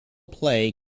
play